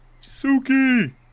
Suki